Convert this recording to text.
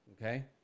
okay